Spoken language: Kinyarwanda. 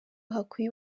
hakwiye